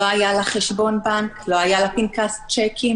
לא היה לה חשבון בנק, לא היה לה פנקס שיקים